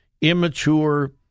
immature